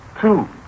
two